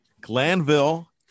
Glanville